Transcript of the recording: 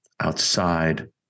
outside